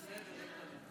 שלוש דקות לרשותך.